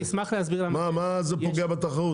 מה זה פוגע בתחרות?